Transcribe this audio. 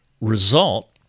result